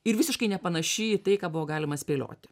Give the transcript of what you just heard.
ir visiškai nepanaši į tai ką buvo galima spėlioti